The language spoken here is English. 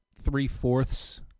three-fourths